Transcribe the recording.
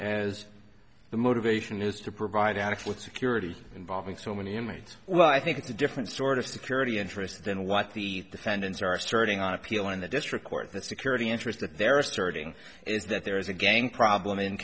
as the motivation is to provide adequate security involving so many inmates well i think it's a different sort of security interest than what the defendants are starting on appeal in the district court the security interest that they're asserting is that there is a gang problem in